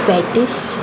patties